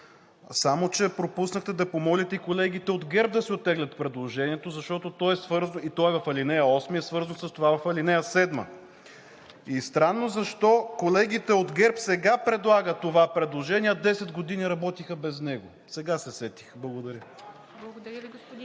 само че пропуснахте да помолите и колегите от ГЕРБ да си оттеглят предложението – и то е в ал. 8 и е свързано с това в ал. 7. И странно защо колегите от ГЕРБ сега предлагат това предложение, а десет години работиха без него? Сега се сетиха! Благодаря